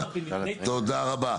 תודה רבה.